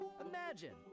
imagine